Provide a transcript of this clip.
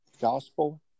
gospel